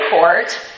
court